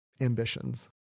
ambitions